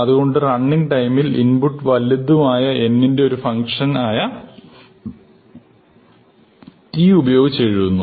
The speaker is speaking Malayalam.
അതുകൊണ്ട് റണ്ണിംഗ് ടൈമിംഗ് ഇൻപുട്ട് വലുതുമായ n ന്റെ ഒരു ഫങ്ക്ഷൻ ആയ t ഉപയോഗിച്ച് എഴുതുന്നു